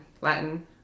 Latin